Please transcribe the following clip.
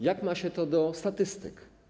Jak ma się to do statystyk?